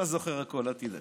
אתה זוכר הכול, אל תדאג.